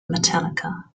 metallica